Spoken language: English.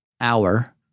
hour